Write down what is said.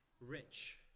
rich